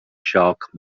jacques